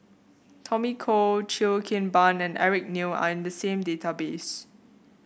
Tommy Koh Cheo Kim Ban and Eric Neo are in the same database